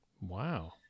Wow